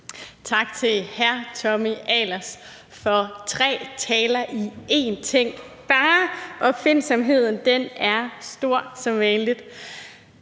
Tak til hr. Tommy Ahlers for tre taler i én – opfindsomheden er stor som sædvanlig.